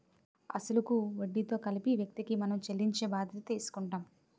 అసలు కు వడ్డీతో కలిపి వ్యక్తికి మనం చెల్లించే బాధ్యత తీసుకుంటాం